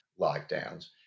lockdowns